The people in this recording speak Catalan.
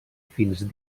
fins